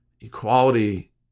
equality